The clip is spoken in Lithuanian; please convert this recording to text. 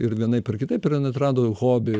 ir vienaip ar kitaip ir jin atrado hobį